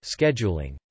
scheduling